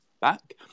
back